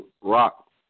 Rock